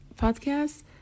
podcast